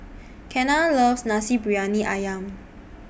Kenna loves Nasi Briyani Ayam